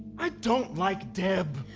i don't like deb.